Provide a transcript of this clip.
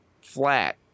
flat